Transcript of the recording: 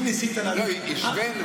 בדיוק ברוך שכיוונתי, לא, השווינו.